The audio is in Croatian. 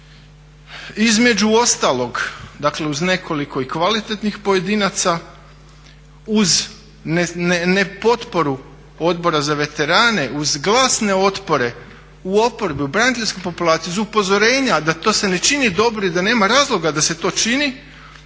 Između ostalog, dakle uz nekoliko i kvalitetnih pojedinaca, uz nepotporu Odbora za veterane uz glasne otpore u oporbi, u braniteljskoj populaciji, uz upozorenja da to se ne čini dobro i da nema razloga da se to čini